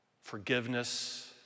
forgiveness